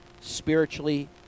Spiritually